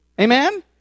Amen